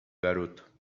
garoto